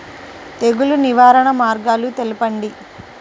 తెగులు నివారణ మార్గాలు తెలపండి?